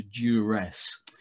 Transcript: duress